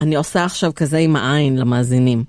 אני עושה עכשיו כזה עם העין למאזינים.